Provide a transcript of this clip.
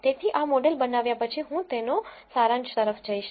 તેથી આ મોડેલ બનાવ્યા પછી હું તેનો સારાંશ તરફ જઈશ